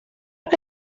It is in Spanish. que